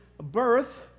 birth